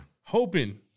Hoping